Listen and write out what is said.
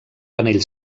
panell